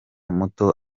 muto